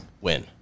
Win